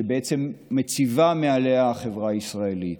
שמציבה מעליה החברה הישראלית.